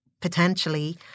potentially